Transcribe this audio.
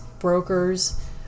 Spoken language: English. brokers